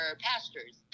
pastors